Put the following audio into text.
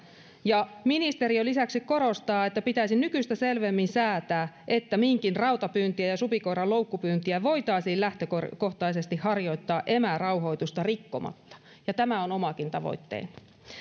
ja ministeriö korostaa lisäksi että pitäisi nykyistä selvemmin säätää että minkin rautapyyntiä ja supikoiran loukkupyyntiä voitaisiin lähtökohtaisesti harjoittaa emärauhoitusta rikkomatta tämä on omakin tavoitteeni